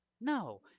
No